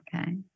Okay